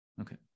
okay